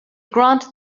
granted